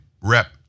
Rep